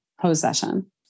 possession